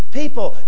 people